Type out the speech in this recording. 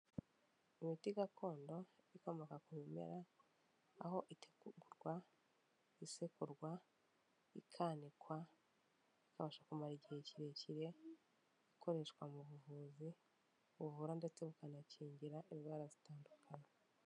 Imiti gakondo ikomoka ku bimera, aho itegurwa, isekurwa, ikanikwa, ikabasha kumara igihe kirekire ikoreshwa mu buvuzi, buvura ndetse bukanakingira indwara zitandukanye.